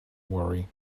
worry